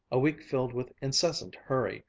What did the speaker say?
a week filled with incessant hurry,